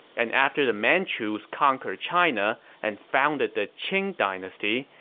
and after the manchus conquered china and founded the qing dynasty,